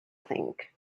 think